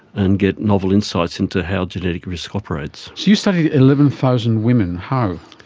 and get novel insights into how genetic risk operates. so you studied eleven thousand women. how?